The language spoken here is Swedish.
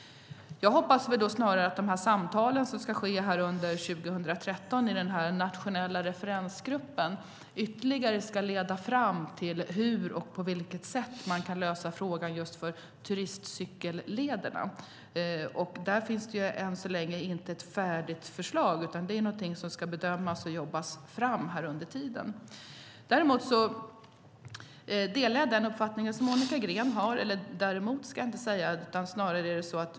Jag hoppas snarare att de samtal som ska ske under 2013 i den här nationella referensgruppen ytterligare ska leda fram till på vilket sätt man kan lösa frågan just för turistcykellederna. Där finns det än så länge inte ett färdigt förslag, utan det är någonting som ska bedömas och jobbas fram under tiden. Jag delar den uppfattning som Monica Green har.